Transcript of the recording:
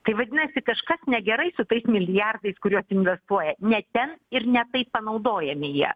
tai vadinasi kažkas negerai su tais milijardais kuriuos investuoja ne ten ir ne taip panaudojami jie